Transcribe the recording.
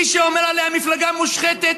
מי שאומר עליה: מפלגה מושחתת,